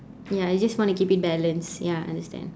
ya you just want to keep it balanced ya I understand